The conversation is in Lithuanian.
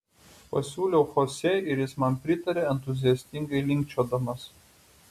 pasiūlau chosė ir jis man pritaria entuziastingai linkčiodamas